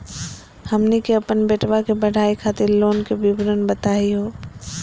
हमनी के अपन बेटवा के पढाई खातीर लोन के विवरण बताही हो?